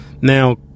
Now